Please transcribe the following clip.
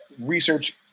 research